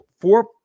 four